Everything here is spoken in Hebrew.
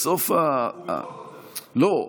בסוף --- ובכל זאת זה לא --- לא.